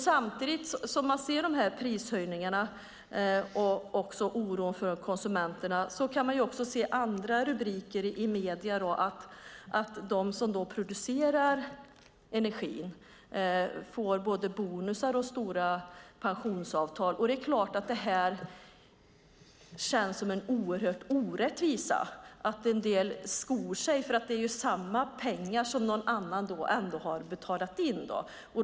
Samtidigt som vi ser prishöjningarna och oron för konsumenterna kan man se andra rubriker i medier - att de som producerar energi får både bonusar och förmånliga pensionsavtal. Det är klart att det känns som en oerhörd orättvisa. En del skor sig, för det är samma pengar som någon annan har betalat in.